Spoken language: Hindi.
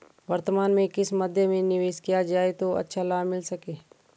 वर्तमान में किस मध्य में निवेश किया जाए जो अच्छा लाभ मिल सके?